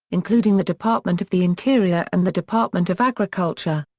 including the department of the interior and the department of agriculture.